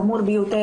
חמור ביותר,